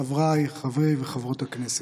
חבריי חברי וחברות הכנסת,